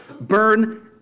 Burn